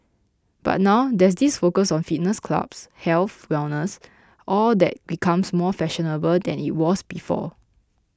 but now there's this focus on fitness clubs health wellness all that becomes more fashionable than it was before